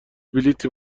بلیطی